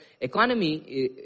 economy